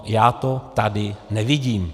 Já to tady nevidím.